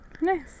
Nice